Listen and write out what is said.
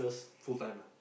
full time ah